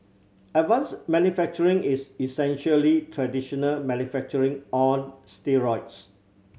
advanced manufacturing is essentially traditional manufacturing on steroids